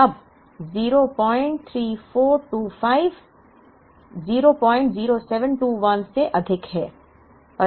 अब 03425 00721 से अधिक है